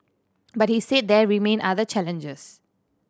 but he said there remain other challenges